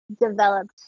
developed